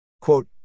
Quote